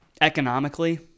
Economically